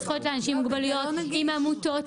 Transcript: זכויות לאנשים עם מוגבלויות ועם עמותות,